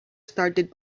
started